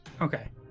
Okay